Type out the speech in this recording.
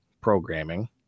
programming